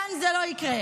כאן זה לא יקרה.